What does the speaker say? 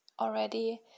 already